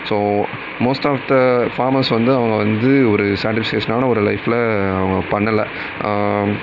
so most of the farmers வந்து அவங்க வந்து ஒரு சாட்டிஷ்ஃபேஷ்ஷனான ஒரு லைஃபில் அவங்க பண்ணலை